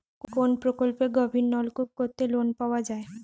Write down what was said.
কোন প্রকল্পে গভির নলকুপ করতে লোন পাওয়া য়ায়?